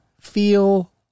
feel